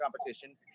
competition